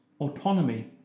autonomy